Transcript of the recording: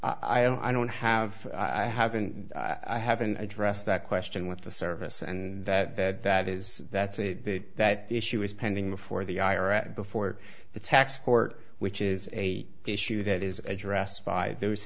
i don't i don't have i haven't i haven't addressed that question with the service and that that is that's a that issue is pending before the iraq before the tax court which is a issue that is addressed by those